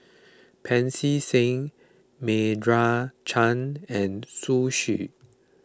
Pancy Seng Meira Chand and Zhu Xu